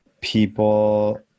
people